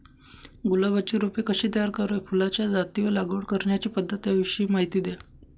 गुलाबाची रोपे कशी तयार करावी? फुलाच्या जाती व लागवड करण्याची पद्धत याविषयी माहिती द्या